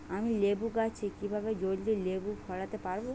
আমি লেবু গাছে কিভাবে জলদি লেবু ফলাতে পরাবো?